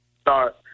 start